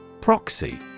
Proxy